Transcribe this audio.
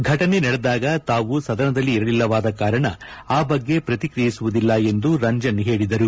ಫ್ಟನೆ ನಡೆದಾಗ ತಾವು ಸದನದಲ್ಲಿ ಇರಲಿಲ್ಲವಾದ ಕಾರಣ ಆ ಬಗ್ಗೆ ಪ್ರತಿಕ್ರಿಯೆಸುವುದಿಲ್ಲ ಎಂದು ರಂಜನ್ ಹೇಳಿದರು